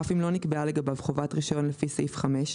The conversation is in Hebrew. אף אם לא נקבעה לגביו חובת רישיון לפי סעיף 5,